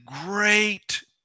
great